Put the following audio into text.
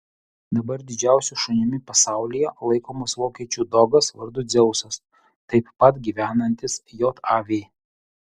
dabar didžiausiu šunimi pasaulyje laikomas vokiečių dogas vardu dzeusas taip pat gyvenantis jav